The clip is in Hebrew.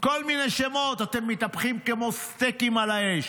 כל מיני שמות, אתם מתהפכים כמו סטייקים על האש.